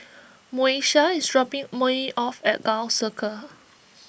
Moesha is dropping me off at Gul Circle